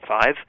Five